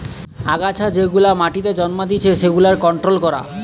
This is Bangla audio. আগাছা যেগুলা মাটিতে জন্মাতিচে সেগুলার কন্ট্রোল করা